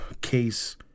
case